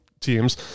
teams